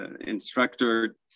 instructor